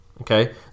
okay